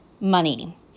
money